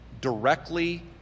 directly